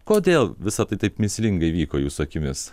kodėl visa tai taip mįslingai vyko jūsų akimis